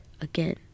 Again